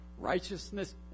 Righteousness